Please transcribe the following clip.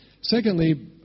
Secondly